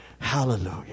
hallelujah